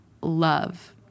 love